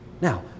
Now